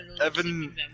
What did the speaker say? Evan